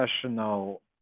professional